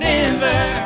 Denver